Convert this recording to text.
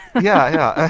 yeah,